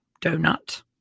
donut